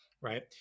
right